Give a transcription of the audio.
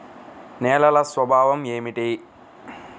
నేలల స్వభావం ఏమిటీ?